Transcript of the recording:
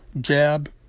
jab